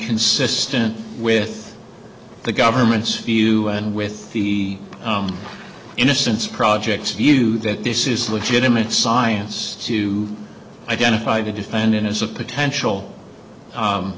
consistent with the government's view and with the innocence project view that this is legitimate science to identify the defendant as a potential